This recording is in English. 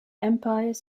empires